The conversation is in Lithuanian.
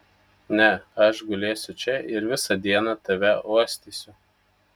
ne aš gulėsiu čia ir visą dieną tave uostysiu